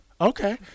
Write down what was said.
Okay